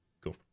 Cool